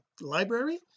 library